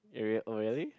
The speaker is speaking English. real oh really